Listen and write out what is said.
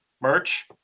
merch